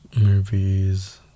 movies